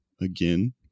again